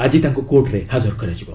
ଆଜି ତାଙ୍କୁ କୋର୍ଟରେ ହାଜର କରାଯିବ